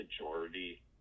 majority